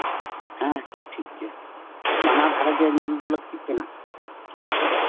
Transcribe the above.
ᱦᱮᱸ ᱦᱮᱸ ᱴᱷᱤᱠ ᱜᱮᱭᱟ ᱵᱟᱱᱟᱨ ᱫᱷᱟᱨᱮᱜᱮ ᱧᱮᱞ ᱫᱚ ᱞᱟᱹᱠᱛᱤᱜ ᱠᱟᱱᱟ